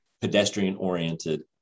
pedestrian-oriented